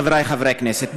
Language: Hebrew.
חברי חברי הכנסת,